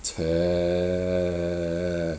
!chey!